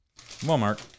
Walmart